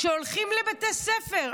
שהולכים לבתי ספר?